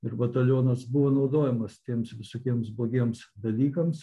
ir batalionas buvo naudojamas tiems visokiems blogiems dalykams